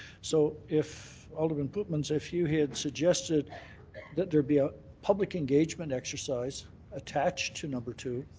so if alderman pootmans, if you had suggested that there be a public engagement exercise attached to number two,